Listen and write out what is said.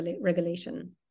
regulation